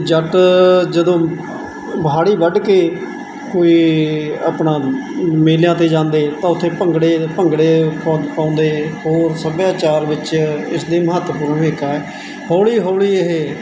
ਜੱਟ ਜਦੋਂ ਹਾੜੀ ਵੱਢ ਕੇ ਕੋਈ ਆਪਣਾ ਮੇਲਿਆਂ 'ਤੇ ਜਾਂਦੇ ਤਾਂ ਉੱਥੇ ਭੰਗੜੇ ਭੰਗੜੇ ਪੋ ਪਾਉਂਦੇ ਹੋਰ ਸੱਭਿਆਚਾਰ ਵਿੱਚ ਇਸ ਦੇ ਮਹੱਤਵਪੂਰਨ ਇੱਕ ਹੈ ਹੌਲੀ ਹੌਲੀ ਇਹ